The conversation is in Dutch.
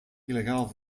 illegaal